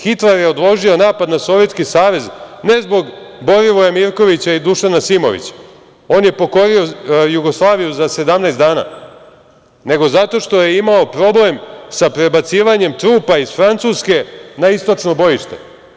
Hitler je odložio napad na Sovjetski Savez, ne zbog Borivoja Mirkovića i Dušana Simovića, on je pokorio Jugoslaviju za 17 dana, nego zato što je imao problem sa prebacivanjem trupa iz Francuske na istočno bojište.